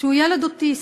שהוא ילד אוטיסט.